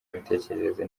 imitekerereze